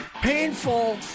painful